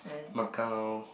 Macau